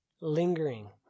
lingering